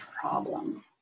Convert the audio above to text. problem